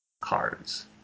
cards